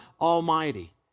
Almighty